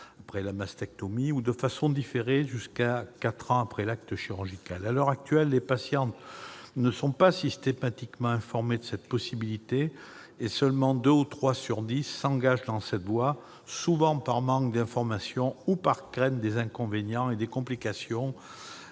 après la mastectomie, ou de façon différée, jusqu'à quatre ans après l'acte chirurgical. À l'heure actuelle, les patientes ne sont pas systématiquement informées de cette possibilité, et seules deux ou trois sur dix s'engagent dans cette voie, souvent par manque d'informations ou par crainte des inconvénients et des complications